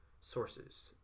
sources